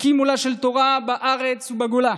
מקים אוהלה של תורה בארץ ובגולה,